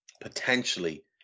potentially